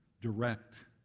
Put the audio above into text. direct